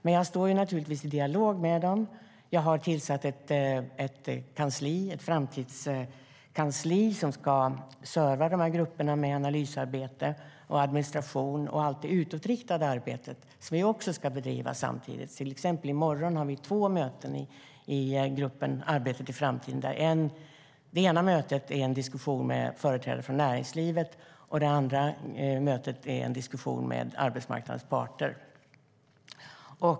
Men jag har naturligtvis en dialog med dem. Jag har tillsatt ett framtidskansli som ska serva dessa grupper med analysarbete, administration och allt det utåtriktade arbete som vi samtidigt ska bedriva. I morgon har vi till exempel två möten i gruppen Arbetet i framtiden. Det ena mötet är en diskussion med företrädare från näringslivet, och det andra mötet är en diskussion med arbetsmarknadens parter.